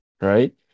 right